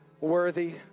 Worthy